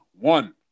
one